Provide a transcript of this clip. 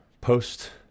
post